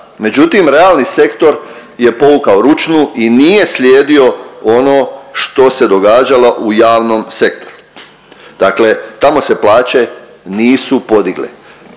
Međutim, realni sektor je povukao ručnu i nije slijedio ono što se događalo u javnom sektoru. Dakle tamo se plaće nisu podigle